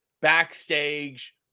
backstage